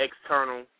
external